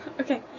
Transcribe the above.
okay